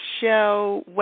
show